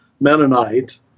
Mennonite